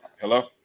Hello